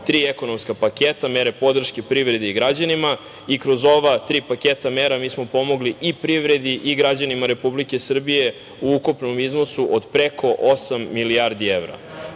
tri ekonomska paketa, mere podrške privredi i građanima i kroz ova tri paketa mera mi smo pomogli i privredi i građanima Republike Srbije u ukupnom iznosu od preko osam milijardi evra.